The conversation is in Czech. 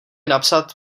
napsat